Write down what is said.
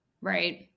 Right